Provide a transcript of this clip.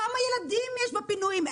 כמה ילדים יש בפינויים?